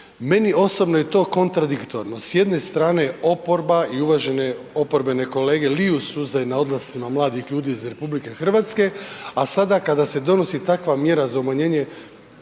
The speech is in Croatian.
Meni osobno je to kontradiktorno. S jedne strane oporba i uvažene oporbene kolege liju suze na odlascima mladih ljudi iz RH, a sada kada se donosi takva mjera za umanjenje